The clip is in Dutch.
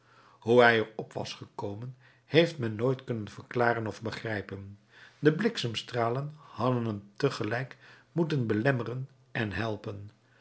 hoe hij er op was gekomen heeft men nooit kunnen verklaren of begrijpen de bliksemstralen hadden hem tegelijk moeten belemmeren en helpen